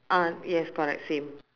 ah yes correct same